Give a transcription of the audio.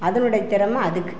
அதனுடைய திறமை அதுக்கு